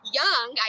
young